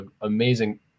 amazing